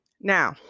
Now